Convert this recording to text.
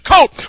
coat